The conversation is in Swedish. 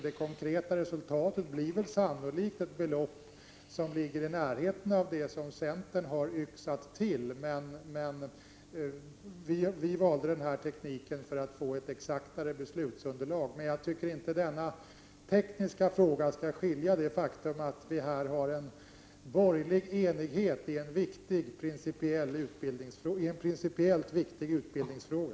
Det konkreta resultatet blir sannolikt ett belopp som ligger i närheten av det som centern har yxat till. Vi har valt denna teknik för att få ett mer exakt beslutsunderlag. Jag tycker inte att denna tekniska fråga skall skymma det faktum att vi här har en borgerlig enighet i en principiellt viktig utbildningsfråga.